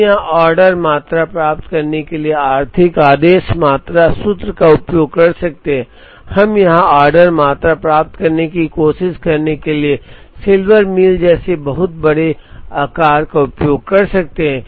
हम यहां ऑर्डर मात्रा प्राप्त करने के लिए आर्थिक आदेश मात्रा सूत्र का उपयोग कर सकते हैं हम यहां ऑर्डर मात्रा प्राप्त करने की कोशिश करने के लिए सिल्वर मील जैसे बहुत बड़े आकार का उपयोग कर सकते हैं